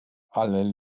ale